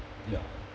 ya